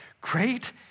Great